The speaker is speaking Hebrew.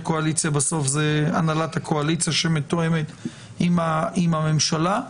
קואליציה בסוף זה הנהלת הקואליציה שמתואמת עם הממשלה.